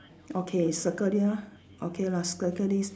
okay circle it ah okay lah circle this